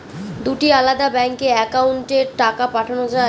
দুটি আলাদা ব্যাংকে অ্যাকাউন্টের টাকা পাঠানো য়ায়?